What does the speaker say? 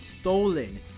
stolen